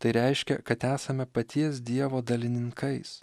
tai reiškia kad esame paties dievo dalininkais